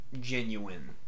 genuine